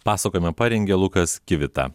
pasakojimą parengė lukas kivita